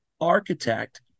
architect